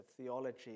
theology